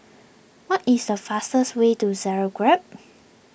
what is the fastest way to Zagreb